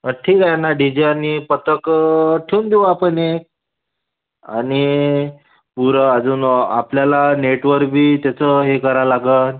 हं ठीक आहे ना डी जे आणि पथकं ठेऊन देऊ आपण एक आणि पूरं अजून आपल्याला नेटवरबी त्याचं हे करा लागेल